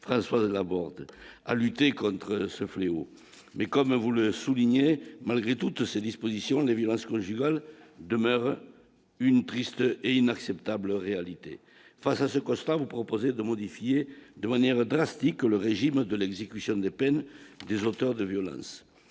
Françoise Laborde à lutter contre ce fléau, mais comme vous le soulignez, malgré toutes ces dispositions des violences conjugales, demeure une triste et inacceptable réalité face à ce constat, vous proposez de modifier de manière drastique le régime de l'exécution des peines, des auteurs de violence